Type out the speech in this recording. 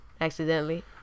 accidentally